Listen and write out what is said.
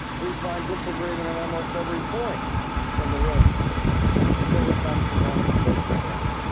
we find disagreement in almost every point in the room until we come to one basic question.